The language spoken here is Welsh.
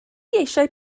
eisiau